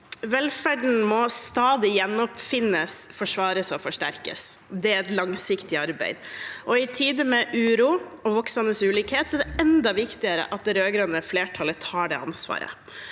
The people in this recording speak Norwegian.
Velferden må stadig gjenoppfinnes, forsvares og forsterkes. Det er et langsiktig arbeid. I tider med uro og voksende ulikhet er det enda viktigere at det rød-grønne flertallet tar det ansvaret.